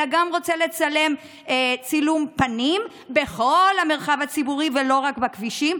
אלא גם רוצה לצלם צילום פנים בכל המרחב הציבורי ולא רק בכבישים.